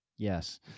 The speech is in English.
Yes